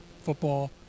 football